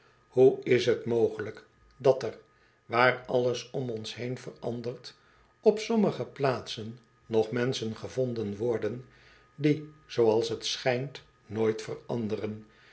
hoe is t mogelijk dat er waar alles om ons heen verandert op sommige plaatsen nog menschen gevonden worden die zooals tschijnt nooit veranderen